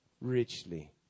richly